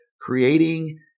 creating